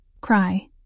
cry